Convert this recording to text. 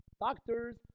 Doctors